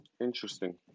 interesting